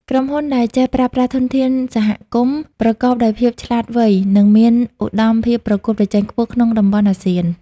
ក្រុមហ៊ុនដែលចេះប្រើប្រាស់ធនធានសហគមន៍ប្រកបដោយភាពឆ្លាតវៃ នឹងមានឧត្តមភាពប្រកួតប្រជែងខ្ពស់ក្នុងតំបន់អាស៊ាន។